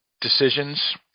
decisions